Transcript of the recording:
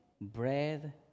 bread